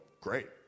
great